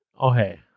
Okay